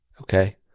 Okay